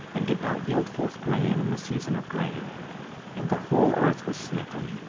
and did not yield forth grain in the season of grain and the whole earth was smitten,